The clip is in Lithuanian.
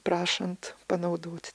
prašant panaudoti